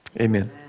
Amen